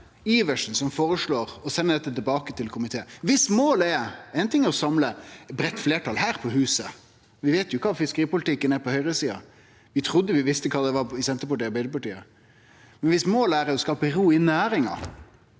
Iversen, som føreslår å sende dette tilbake til komiteen. Ein ting er å samle eit breitt fleirtal her på huset. Vi veit jo kva fiskeripolitikken er på høgresida. Vi trudde vi visste kva det var i Senterpartiet og Arbeidarpartiet. Om målet er å skape ro i næringa,